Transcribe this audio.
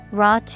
raw